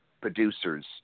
producers